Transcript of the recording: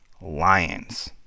Lions